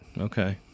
Okay